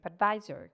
TripAdvisor